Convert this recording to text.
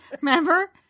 remember